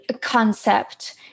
concept